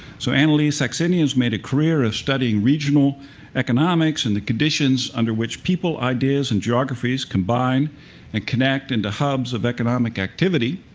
so annalee saxenian has made a career of studying regional economics and the conditions under which people, ideas, and geographies combine and connect into hubs of economic activity.